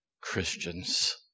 Christians